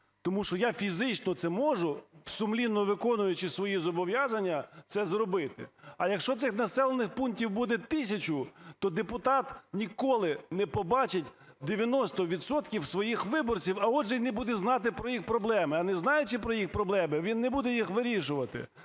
Тому що я фізично це можу, сумлінно виконуючи свої зобов'язання це зробити. А якщо цих населених пунктів буде тисячу, то депутат ніколи не побачить 90 відсотків своїх виборців, а отже й не буде знати про їх проблеми. А не знаючи про їх проблеми, він не буде їх вирішувати.